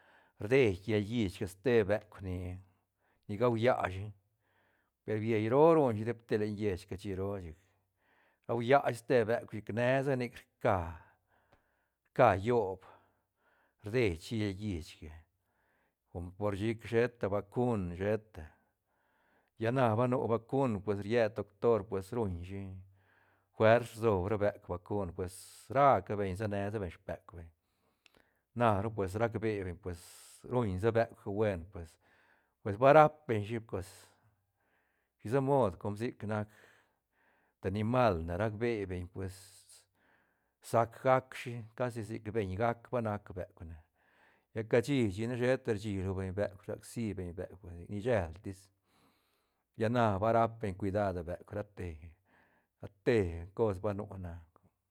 Rdei llal llichga ste beuk ni gau lla shi per bieyel roo ruñshi dep te len lliech cashi roo chic rau lla shi ste buek chic ne nesa nic rca- rca yoob rdeishi llal llichga com por chic sheta vacun sheta lla na ba nu vacun pues riet doctor pues ruñ shi fuers rsob ra beuk vacun pues ra ca beñ se ne sa beñ speuk beñ na ru pues rac be beñ pues ruñ sa beuk buen pues- pues va rap beñ shi pues shisa mod com sic nac te nimal ne rac be beñ pues sac gac shi casi beñ gac ba nac beuk na lla cashi chic ne sheta rshi lo beñ beuk rsac si beñ beuk ni shel tis lla na ba rap beñ cuidada beuk rate- rate cos ba nu na.